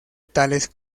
tales